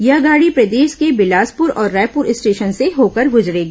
यह गाड़ी प्रदेश के बिलासपुर और रायपुर स्टेशन से होकर गुजरेगी